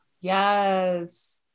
Yes